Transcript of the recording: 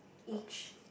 each